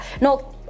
No